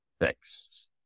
Thanks